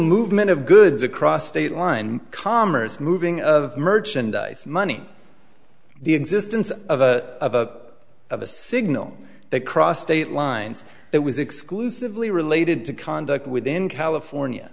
movement of goods across state lines commerce moving of merchandise money the existence of a of a signal that crossed state lines that was exclusively related to conduct within california